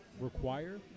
require